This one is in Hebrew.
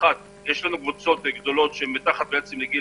זה הולך ומתעצם.